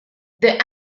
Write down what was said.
the